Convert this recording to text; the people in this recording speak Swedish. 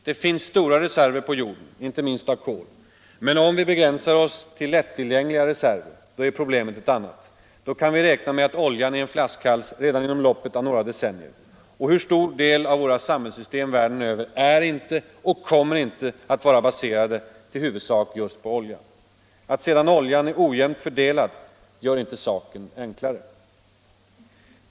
Det finns stora reserver på jorden, inte minst av kol. Men om vi begränsar oss till lättillgängliga reserver är problemet ett annat. Då kan vi räkna med att oljan är en flaskhals redan inom loppet av några decennier. Och hur stor del av våra samhällssystem världen över är inte och kommer inte att vara baserad i huvudsak på olja! Att sedan oljan är ojämnt fördelad gör inte saken enklare.